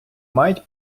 мають